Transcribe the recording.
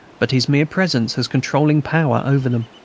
but his mere presence has controlling power over them.